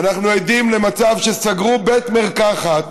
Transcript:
ואנחנו עדים למצב שסגרו בית מרקחת